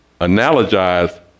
analogize